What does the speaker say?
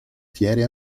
fiere